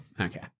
Okay